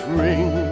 ring